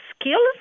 skills